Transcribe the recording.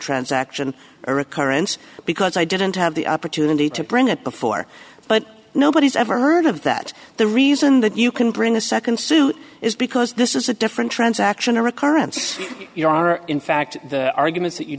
transact and a recurrence because i didn't have the opportunity to bring it before but nobody's ever heard of that the reason that you can bring a nd suit is because this is a different transaction or occurrence you are in fact the arguments that you